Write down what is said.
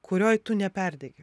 kurioj tu neperdegi